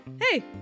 Hey